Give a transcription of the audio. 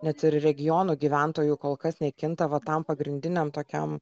net ir regionų gyventojų kol kas nekinta va tam pagrindiniam tokiam